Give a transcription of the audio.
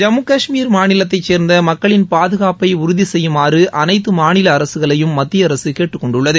ஜம்மு கஷ்மீர் மாநிலத்தை சேர்ந்த மக்களின் பாதுகாப்பை உறுதி செய்யுமாறு அனைத்து மாநில அரசுகளையும் மத்திய அரசு கேட்டுக்கொண்டுள்ளது